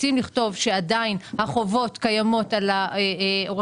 רוצים לכתוב שהחובות לבצע חלות על עורך